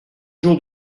jours